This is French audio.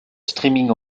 streaming